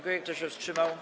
Kto się wstrzymał?